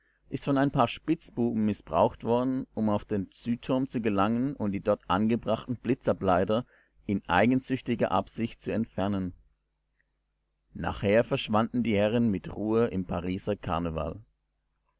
ist von ein paar spitzbuben mißbraucht worden um auf den südturm zu gelangen und die dort angebrachten blitzableiter in eigensüchtiger absicht zu entfernen nachher verschwanden die herren mit ruhe im pariser karneval